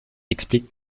explique